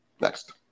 Next